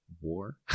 war